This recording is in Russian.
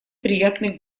приятный